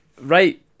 Right